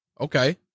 Okay